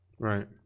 right